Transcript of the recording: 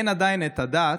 עדיין לא נותנים את הדעת,